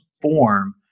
form